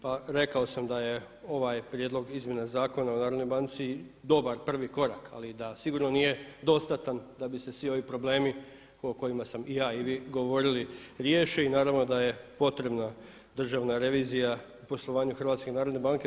Pa rekao sam da je ovaj prijedlog izmjena Zakona o Narodnoj banci dobar prvi korak ali da sigurno nije dostatan da bi se svi ovi problemi o kojima sam i ja i vi govorili riješe i naravno da je potrebna državna revizija o poslovanju HNB-a.